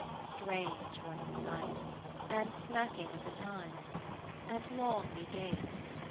strange was the sight and smacking of the time and long we gazed,